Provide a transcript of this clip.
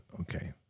okay